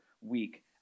week